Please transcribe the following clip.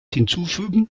hinzufügen